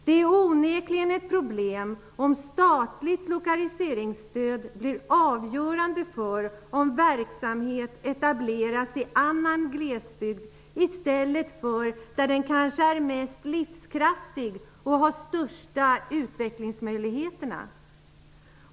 Det är onekligen ett problem om statligt lokaliseringsstöd blir avgörande för om verksamhet etableras i annan glesbygd och inte på den plats där den kanske är mest livskraftig och har de största utvecklingsmöjligheterna.